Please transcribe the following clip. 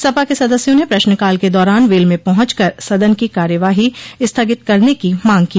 सपा के सदस्या ने प्रश्नकाल के दौरान वेल में पहुंच कर सदन की कार्यवाही स्थगित करने की मांग की